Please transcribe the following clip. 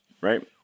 Right